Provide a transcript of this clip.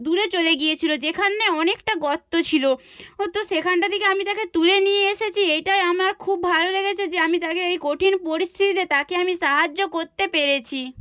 দূরে চলে গিয়েছিল যেখানে অনেকটা গর্ত ছিল ও তো সেখানটা থেকে আমি তাকে তুলে নিয়ে এসেছি এইটাই আমার খুব ভালো লেগেছে যে আমি তাকে এই কঠিন পরিস্থিতিতে তাকে আমি সাহায্য করতে পেরেছি